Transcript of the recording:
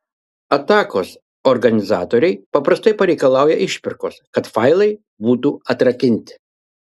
atakos organizatoriai paprastai pareikalauja išpirkos kad failai būtų atrakinti